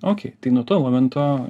okei tai nuo to momento